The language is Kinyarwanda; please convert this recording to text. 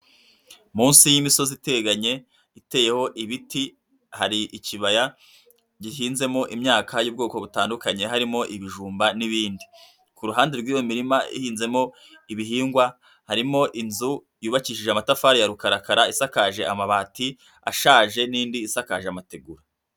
Munsi y'imisozi iteganye iteyeho ibiti, hari ikibaya gihinzemo imyaka y'ubwoko butandukanye harimo ibijumba n'ibindi, ku ruhande rw'iyo mirima ihinzemo ibihingwa harimo inzu yubakishije amatafari ya rukarakara, isakaje amabati ashaje n'indi isakaje amategura.